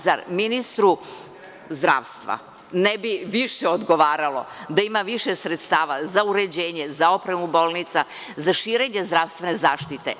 Zar ministru zdravstva ne bi više odgovaralo da ima više sredstava za uređenje, za opremu bolnica, za širenje zdravstvene zaštite?